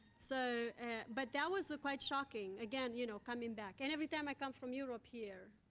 so but that was ah quite shocking again, you know, coming back. and every time i come from europe here,